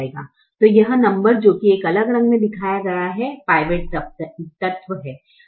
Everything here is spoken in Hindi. तो यह नंबर जो की एक अलग रंग में दिखाया गया पिवोट तत्व है